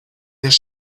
their